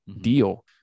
deal